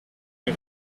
les